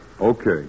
Okay